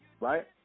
right